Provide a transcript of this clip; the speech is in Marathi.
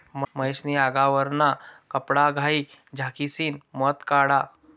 महेश नी आगवरना कपडाघाई झाकिसन मध काढा